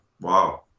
wow